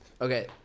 Okay